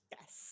Yes